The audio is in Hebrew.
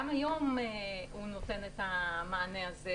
גם היום הוא נותן את המענה הזה,